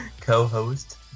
co-host